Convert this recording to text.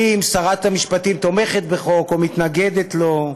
אם שרת המשפטים תומכת בחוק או מתנגדת לו,